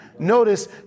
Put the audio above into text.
Notice